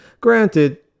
Granted